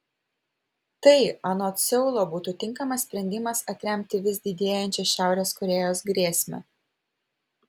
tai anot seulo būtų tinkamas sprendimas atremti vis didėjančią šiaurės korėjos grėsmę